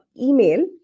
email